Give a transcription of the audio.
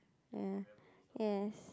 yeah yes